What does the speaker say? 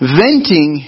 venting